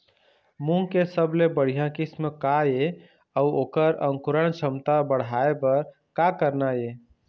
मूंग के सबले बढ़िया किस्म का ये अऊ ओकर अंकुरण क्षमता बढ़ाये बर का करना ये?